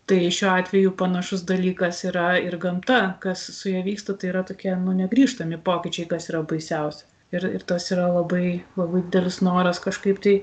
tai šiuo atveju panašus dalykas yra ir gamta kas su ja vyksta tai yra tokie nu negrįžtami pokyčiai kas yra baisiausia ir ir tas yra labai labai didelis noras kažkaip tai